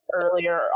earlier